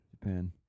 Japan